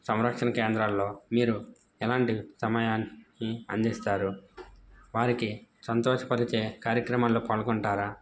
సంరక్షణ కేంద్రాల్లో మీరు ఎలాంటి సమయాన్ని అందిస్తారు వారికి సంతోషపరచే కార్యక్రమాల్లో పాల్గొంటారా